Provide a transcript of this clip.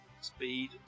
speed